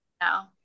No